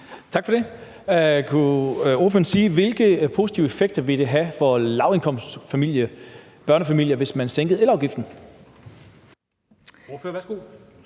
sige, hvilke positive effekter det ville have for en lavindkomstfamilie eller en børnefamilie, hvis man sænkede elafgiften?